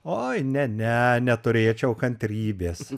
oi ne ne neturėčiau kantrybės